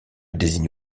désigne